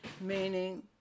meaning